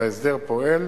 וההסדר פועל